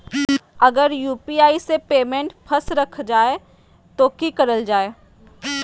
अगर यू.पी.आई से पेमेंट फस रखा जाए तो की करल जाए?